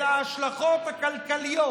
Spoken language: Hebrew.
אלא ההשלכות הכלכליות